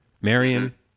Marion